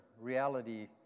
reality